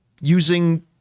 using